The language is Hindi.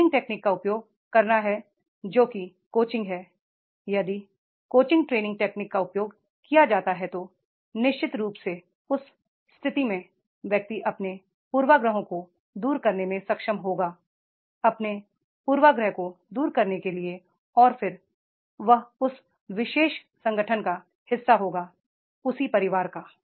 ट्रे निंग टेक्निक का उपयोग करना है जो कि को चिंग है यदि coaching training technique का उपयोग किया जाता है तो निश्चित रूप से उस स्थिति में व्यक्ति अपने पूर्वाग्रहों को दूर करने में सक्षम होगा अपने पूर्वाग्रह को दूर करने के लिए और फिर वह उस विशेष संगठन का हिस्सा होगा उसी परिवार का